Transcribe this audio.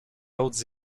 autres